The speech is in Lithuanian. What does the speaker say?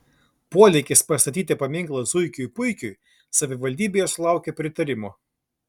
polėkis pastatyti paminklą zuikiui puikiui savivaldybėje sulaukė pritarimo